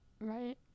Right